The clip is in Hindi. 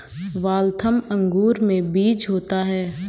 वाल्थम अंगूर में बीज होता है